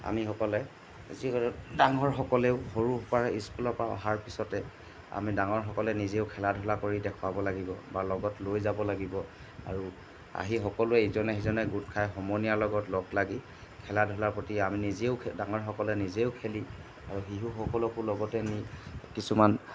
আমি সকলে যি ডাঙৰসকলেও সৰু স্কুলৰপৰা অহাৰ পিছতে আমি ডাঙৰসকলে নিজেও খেলা ধূলা কৰি দেখুৱাব লাগিব বা লগত লৈ যাব লাগিব আৰু আহি সকলোৱে ইজনে সিজনে গোট খাই সমনীয়াৰ লগত লগ লাগি খেলা ধূলাৰ প্ৰতি আমি নিজেও ডাঙৰসকলে নিজেও খেলি আৰু শিশুসকলকো লগতে নি কিছুমান